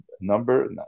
Number